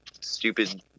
stupid